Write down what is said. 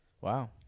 Wow